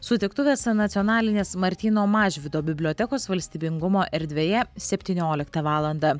sutiktuvės nacionalinės martyno mažvydo bibliotekos valstybingumo erdvėje septynioliktą valandą